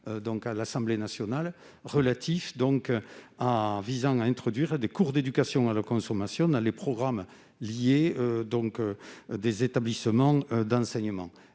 à l'Assemblée nationale, et qui visait à introduire des cours d'éducation à la consommation dans les programmes des établissements d'enseignement.